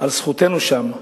על זכותנו שם,